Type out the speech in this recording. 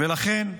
לכן,